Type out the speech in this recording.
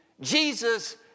Jesus